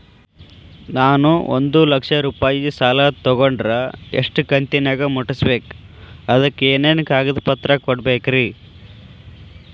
ನಾನು ಒಂದು ಲಕ್ಷ ರೂಪಾಯಿ ಸಾಲಾ ತೊಗಂಡರ ಎಷ್ಟ ಕಂತಿನ್ಯಾಗ ಮುಟ್ಟಸ್ಬೇಕ್, ಅದಕ್ ಏನೇನ್ ಕಾಗದ ಪತ್ರ ಕೊಡಬೇಕ್ರಿ?